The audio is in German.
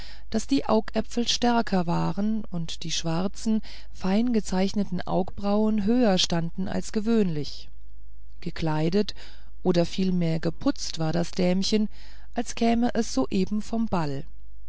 daß die augäpfel stärker waren und die schwarzen feingezeichneten augenbrauen höher standen als gewöhnlich gekleidet oder vielmehr geputzt war das dämchen als käme es soeben vom ball